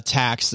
tax